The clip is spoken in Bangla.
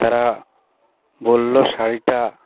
তারা বলল শাড়িটা